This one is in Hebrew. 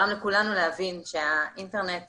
יש לנו מוקדנים ספציפיים ואנחנו כמובן מעבים בהתאם לפניות את